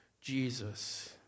Jesus